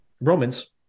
Roman's